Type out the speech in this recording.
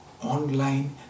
online